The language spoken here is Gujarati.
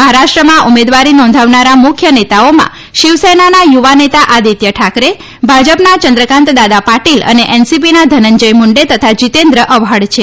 મહારાષ્ટ્રમાં ઉમેદવારી નોંધાવનારા મુખ્ય નેતાઓમાં શિવસેનાના યુવા નેતા આદિત્ય ઠાકરે ભાજપના ચંદ્રકાન્ત દાદા પાટીલ અને એનસીપીના ધનંજ્ય મુંડે તથા જીતેન્દ્ર અવહડ છે